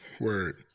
word